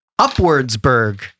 Upwardsburg